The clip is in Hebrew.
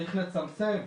צריך לצמצם.